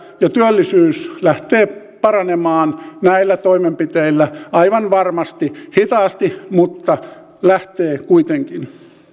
ja työllisyys lähtee paranemaan näillä toimenpiteillä aivan varmasti hitaasti mutta lähtee kuitenkin